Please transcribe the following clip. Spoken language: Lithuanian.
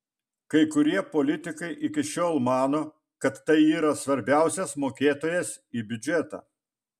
kai kurie politikai iki šiol mano kad tai yra svarbiausias mokėtojas į biudžetą